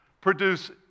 produce